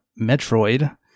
Metroid